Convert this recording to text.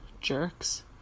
Jerks